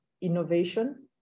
Innovation